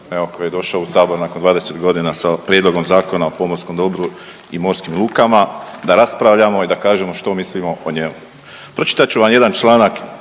koji je došao u sabor nakon 20.g. sa prijedlogom Zakona o pomorskom dobru i morskim lukama da raspravljamo i da kažemo što mislimo o njemu. Pročitat ću vam jedan članak